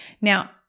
Now